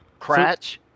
Cratch